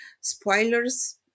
spoilers